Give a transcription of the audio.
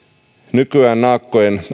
nykyään naakkojen